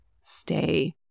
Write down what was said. stay